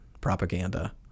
propaganda